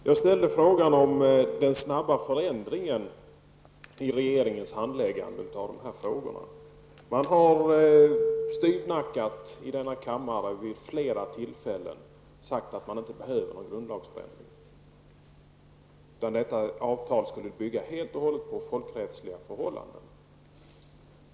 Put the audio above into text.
Fru talman! Jag frågade om den snabba förändringen i regeringens handläggande av de här frågorna. I denna kammare har man vid flera tillfällen styvnackat sagt att det inte behövs någon grundlagsändring. Avtalet skulle helt och hållet bygga på folkrättsliga förhållanden.